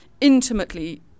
intimately